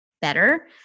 better